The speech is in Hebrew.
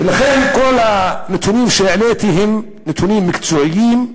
כל הנתונים שהעליתי הם נתונים מקצועיים,